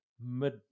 mid